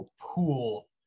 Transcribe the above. pool